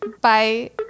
Bye